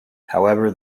however